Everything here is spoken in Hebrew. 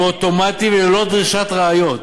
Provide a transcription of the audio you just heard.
שהוא אוטומטי, וללא דרישת ראיות,